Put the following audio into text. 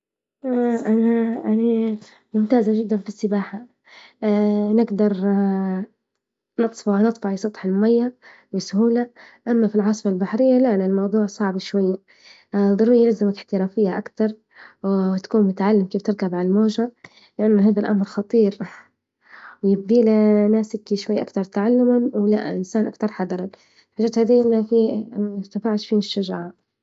أنا أني ممتازة جدا في السباحة نجدر نطفو نطفو على سطح الماية بسهولة، أما في العاصفة البحرية لا لا الموضوع صعب شوية، ضروري لازم إحترافية أكتر وتكون متعلم كيف تركب على الموجة لأن هذا الأمر خطير يبيله ناس هكي شوية أكثر تعلما ولإنسان أكتر حذرا، الحاجات هذي ما في متنفعش فيها الشجاعة.